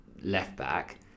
left-back